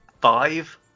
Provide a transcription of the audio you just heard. five